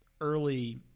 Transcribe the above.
early